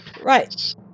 Right